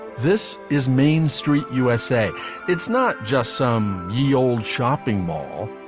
this is main street usa it's not just some yeah old shopping mall.